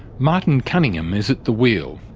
martin cunningham is at the wheel,